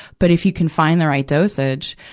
but if you can find the right dosage,